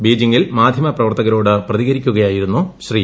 ബീജിംഗിൽ മാധ്യമ പ്രവർത്തകരോട് പ്രതികരിക്കുകയായിരുന്നു ശ്രീ